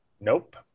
nope